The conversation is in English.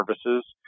services